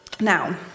Now